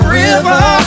river